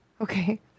Okay